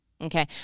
okay